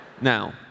Now